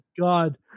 god